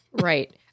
right